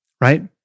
right